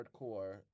hardcore